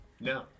No